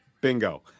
bingo